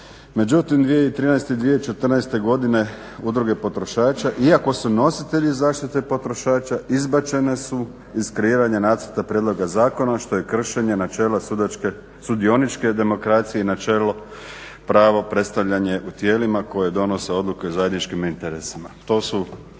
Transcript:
Međutim, 2013. i 2014. godine Udruge potrošača iako su nositelji zaštite potrošača izbačene su iz kreiranja nacrta prijedloga zakona što je kršenje načela sudioničke demokracije i načelo, pravo predstavljanje u tijelima koje donose odluke o zajedničkim interesima.